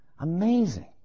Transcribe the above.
Amazing